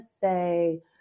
say